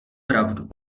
pravdu